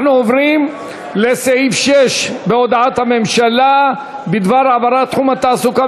אנחנו עוברים לסעיף 6 בהודעת הממשלה בדבר העברת תחום התעסוקה